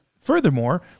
furthermore